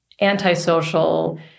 antisocial